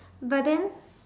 but then